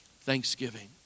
thanksgiving